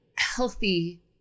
healthy